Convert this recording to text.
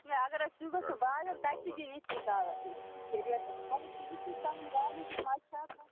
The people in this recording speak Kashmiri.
نہَ اگر حظ تُہۍ گژھِو بازر تَتہِ دِنۍ یِتھۍسٕے کا یہِ چھِی یہِ ریٹَس اَگر تُہۍ وُچھِو سانہِ گاڈِ کٮُ۪تھ مَزٕ چھُ آسان